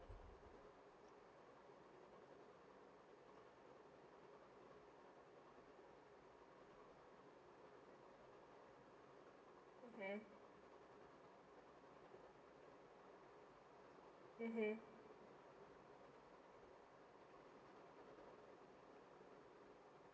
mmhmm